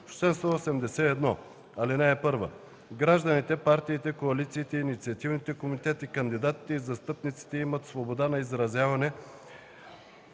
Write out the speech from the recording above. на агитацията Чл. 181. (1) Гражданите, партиите, коалициите, инициативните комитети, кандидатите и застъпниците имат свобода на изразяване